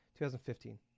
2015